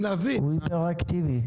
הוא היפראקטיבי.